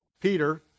Peter